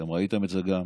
אתם ראיתם את זה גם,